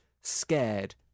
scared